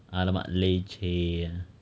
!alamak! leceh ah